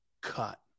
cut